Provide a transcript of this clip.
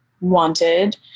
wanted